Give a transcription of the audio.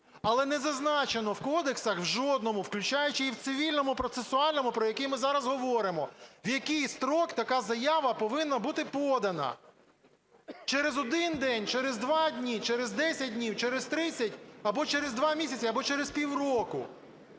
але не зазначено в кодексах, в жодному, включаючи і в Цивільному процесуальному, про який ми зараз говоримо, в який строк така заява повинна бути подана6 через один день, через два дні, через десять днів, через 30, або через два місяці, або через півроку.